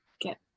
get